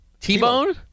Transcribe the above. T-bone